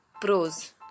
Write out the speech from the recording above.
Pros